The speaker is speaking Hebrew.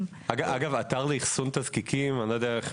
האתר לאחסון תזקיקים לא מאוד גדול,